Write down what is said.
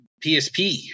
PSP